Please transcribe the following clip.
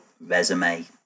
resume